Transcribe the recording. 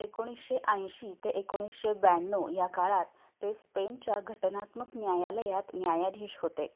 एकोणीसशे ऐंशी ते एकोणीसशे ब्याण्णव या काळात ते स्पेनच्या घटनात्मक न्यायालयात न्यायाधीश होते